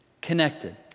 connected